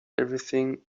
everything